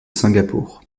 singapour